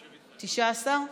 19?